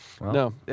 No